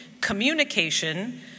communication